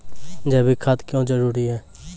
जैविक खाद क्यो जरूरी हैं?